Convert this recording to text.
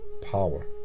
power